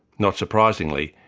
not surprisingly,